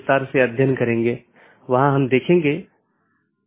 4 जीवित रखें मेसेज यह निर्धारित करता है कि क्या सहकर्मी उपलब्ध हैं या नहीं